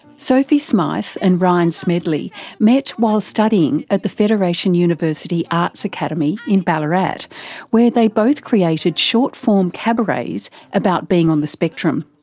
sophie smyth and ryan smedley met while studying at the federation university arts academy in ballarat where they both created short-form cabarets about being on the spectrum.